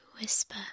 Whisper